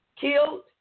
killed